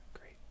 Great